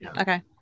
okay